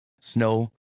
snow